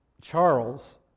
Charles